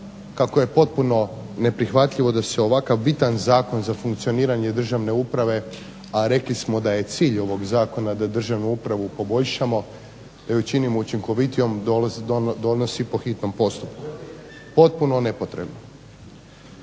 kako je potpuno neprihvatljivo da se ovakav bitan zakon za funkcioniranje državne uprave a rekli smo da je cilj ovog Zakona da državnu upravu poboljšamo, da je učinimo učinkovitijom donosi po hitnom postupku. Potpuno nepotrebno.